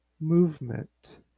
movement